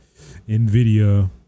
nvidia